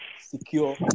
secure